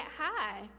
high